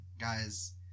Guys